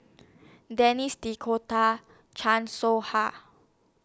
Denis D'Cotta Chan Soh Ha